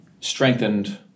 strengthened